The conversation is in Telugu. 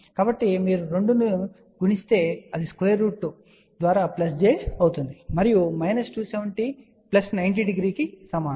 కాబట్టి మీరు 2 ను గుణిస్తే అది స్క్వేర్ రూట్ 2 ద్వారా ప్లస్ j అవుతుంది మరియు మైనస్ 270 ప్లస్ 90 డిగ్రీకి సమానం